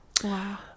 wow